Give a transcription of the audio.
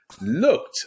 looked